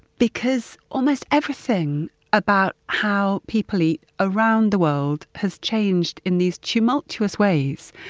because almost everything about how people eat around the world has changed in these tumultuous ways.